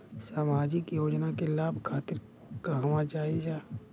सामाजिक योजना के लाभ खातिर कहवा जाई जा?